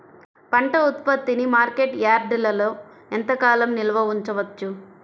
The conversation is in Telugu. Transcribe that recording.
పంట ఉత్పత్తిని మార్కెట్ యార్డ్లలో ఎంతకాలం నిల్వ ఉంచవచ్చు?